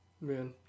man